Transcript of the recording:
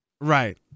Right